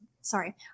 sorry